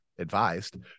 advised